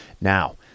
Now